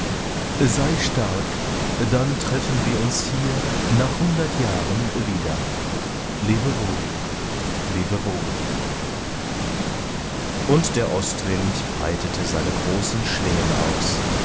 sei stark dann treffen wir uns hier nach hundert jahren wieder lebe wohl lebe wohl und der ostwind breitete seine großen schwingen aus